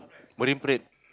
Marine-Parade